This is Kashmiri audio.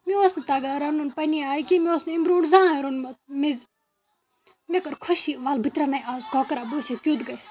مےٚ اوس نہٕ تگان رَنُن پنٛنہِ آے کیٚنہہ مےٚ اوس نہٕ أمۍ برٛونٛٹھ زانٛہہ ہَے روٚنمُت میٚز مےٚ کٔر خوشی وَلہٕ بہٕ تہِ رَنَے آز کۄکُرا بہٕ وٕچھے کیُتھ گژھِ